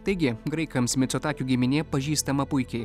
taigi graikams micotakių giminė pažįstama puikiai